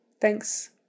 Thanks